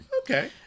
Okay